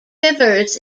rivers